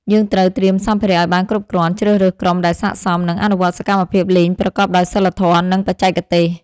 យើងត្រូវត្រៀមសម្ភារៈឱ្យបានគ្រប់គ្រាន់ ជ្រើសរើសក្រុមដែលស័ក្តិសម និងអនុវត្តសកម្មភាពលេងប្រកបដោយសីលធម៌ និងបច្ចេកទេស។